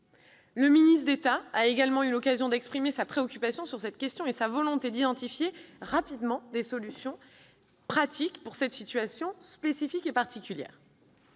Le ministre d'État a également eu l'occasion d'exprimer sa préoccupation sur cette question et sa volonté d'identifier rapidement des solutions pratiques pour cette situation spécifique et particulière.